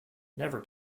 never